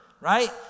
right